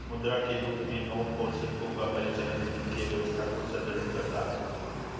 मुद्रा के रूप में नोट और सिक्कों का परिचालन वित्तीय व्यवस्था को सुदृढ़ करता है